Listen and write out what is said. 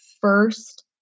first